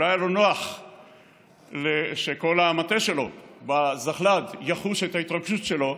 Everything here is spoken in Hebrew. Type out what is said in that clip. שלא היה לו נוח שכל המטה שלו בזחל"ד יחוש את ההתרגשות שלו,